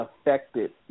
affected